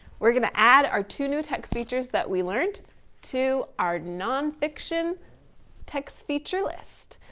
we're gonna add our two new text features that we learned to our non-fiction text feature list.